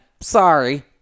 Sorry